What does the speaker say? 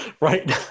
right